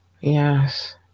Yes